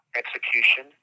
execution